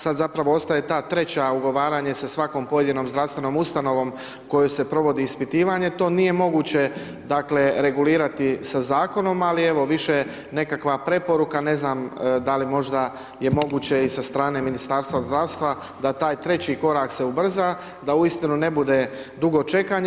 Sada zapravo ostaje ta treća ugovaranje sa svakom pojedinom zdravstvenom ustanovom, koje se provodi ispitivanje, to nije moguće regulirati za zakonom, ali evo, više nekakva preporuka, ne znam da li je možda moguće i sa strane Ministarstva zdravstva da taj treći korak se ubrza, da uistinu ne bude dugo čekanje.